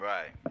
Right